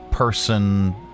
Person